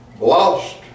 lost